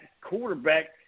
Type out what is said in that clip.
quarterback –